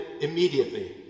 immediately